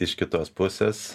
iš kitos pusės